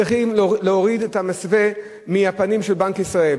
צריכים להוריד את המסווה מהפנים של בנק ישראל.